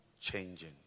Changing